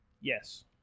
Yes